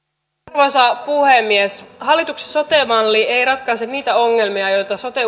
arvoisa puhemies hallituksen sote malli ei ratkaise niitä ongelmia joita sote